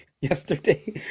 yesterday